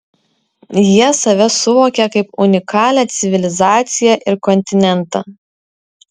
jie save suvokia kaip unikalią civilizaciją ir kontinentą